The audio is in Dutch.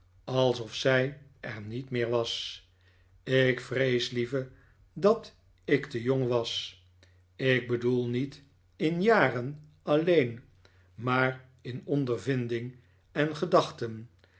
alsof zij er niet meer was david copperfield ik vrees lieve dat ik te jong was ik bedoel niet in jaren alleen maar in ondervinding en gedachten